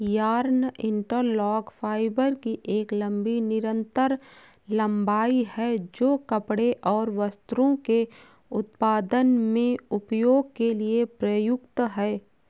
yarn interlock fibre की एक लंबी निरंतर लंबाई है, जो कपड़े और वस्त्रों के उत्पादन में उपयोग के लिए उपयुक्त है